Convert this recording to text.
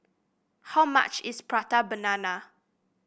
how much is Prata Banana